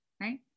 Right